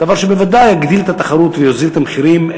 דבר שבוודאי יגדיל את התחרות ויוזיל את המחירים.